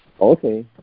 Okay